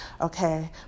okay